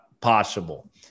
possible